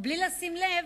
ובלי לשים לב,